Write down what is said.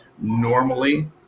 Normally